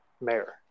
mayor